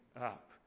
up